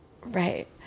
Right